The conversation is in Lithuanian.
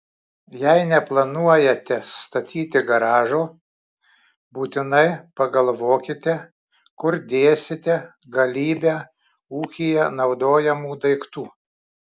jei neplanuojate statyti garažo būtinai pagalvokite kur dėsite galybę ūkyje naudojamų daiktų